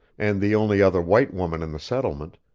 and the only other white woman in the settlement,